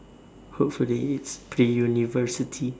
hopefully it's the pre-university